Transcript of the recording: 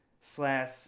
slash